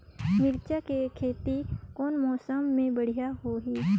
मिरचा के खेती कौन मौसम मे बढ़िया होही?